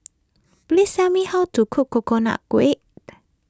please tell me how to cook Coconut Kuih